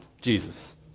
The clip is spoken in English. Jesus